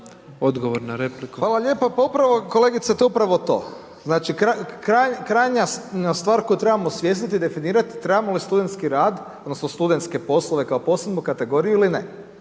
Hvala lijepa. Pa upravo, kolegice, to je upravo to. Znači krajnja stvar koju trebamo osvijestiti i definirati trebamo li studentski rad, odnosno studentske poslove kao posebnu kategoriju ili ne.